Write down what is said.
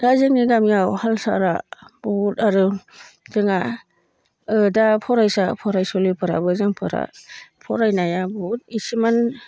दा जोंनि गामियाव हाल साला बहुद आरो जोंहा दा फरायसा फरायसुलिफोराबो जोंफोरा फरायनाया बहुद इसेमोन